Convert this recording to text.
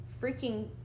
freaking